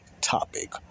topic